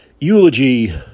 eulogy